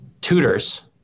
tutors